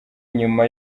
nyuma